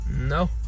No